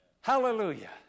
Hallelujah